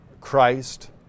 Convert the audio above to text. Christ